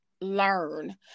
learn